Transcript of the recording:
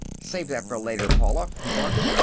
save that for later, paula, he barked.